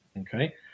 okay